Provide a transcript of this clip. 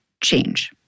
change